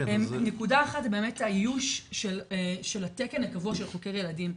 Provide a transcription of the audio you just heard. נקודה אחת זה באמת האיוש של התקן הקבוע של חוקר ילדים.